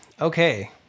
Okay